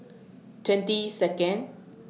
twenty Second